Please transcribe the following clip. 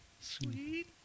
Sweet